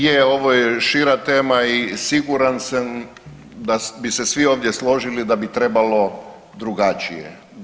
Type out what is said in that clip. Je, ovo je šira tema i siguran sam da bi se svi ovdje složili da bi trebalo drugačije.